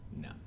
no